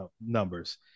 numbers